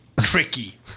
Tricky